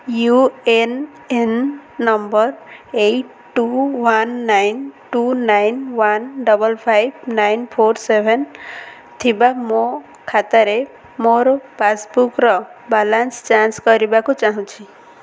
you N N number eight two one nine two nine one double five five nine four seven ଥିବା ମୋ ଖାତାରେ ମୋର ପାସ୍ବୁକ୍ର balance ଯାଞ୍ଚ କରିବାକୁ ଚାହୁଁଛି